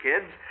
kids